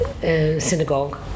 synagogue